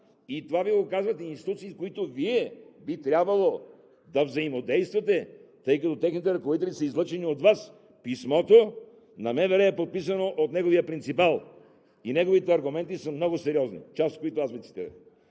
и това Ви го казват институции, с които Вие би трябвало да взаимодействате, тъй като техните ръководители са излъчени от Вас. Писмото на МВР е подписано от неговия принципал и аргументите му са много сериозни, част от които аз Ви цитирах.